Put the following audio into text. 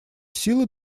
силы